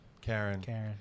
Karen